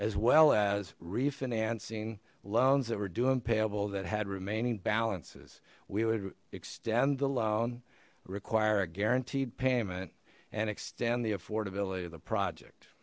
as well as refinancing loans that were doing payable that had remaining balances we would extend the loan require a guaranteed payment and extend the affordability of the project